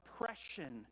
oppression